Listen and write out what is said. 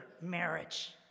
marriage